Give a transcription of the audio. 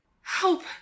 Help